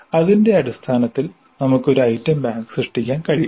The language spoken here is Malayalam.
അതിന്റെ അടിസ്ഥാനത്തിൽ നമുക്ക് ഒരു ഐറ്റം ബാങ്ക് സൃഷ്ടിക്കാൻ കഴിയും